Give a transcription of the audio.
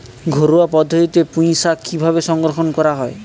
ঘরোয়া পদ্ধতিতে পুই শাক কিভাবে সংরক্ষণ করা হয়?